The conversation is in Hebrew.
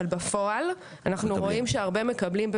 אבל בפועל אנחנו רואים שהרבה מקבלים,